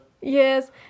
Yes